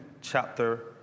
chapter